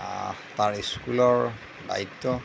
তাৰ স্কুলৰ দায়িত্ব